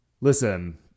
Listen